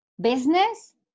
business